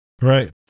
Right